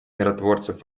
миротворцев